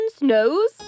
nose